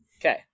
Okay